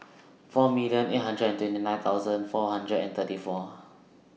four million eight hundred and twenty nine thousand four hundred and thirty four